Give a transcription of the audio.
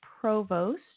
Provost